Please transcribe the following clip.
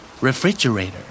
Refrigerator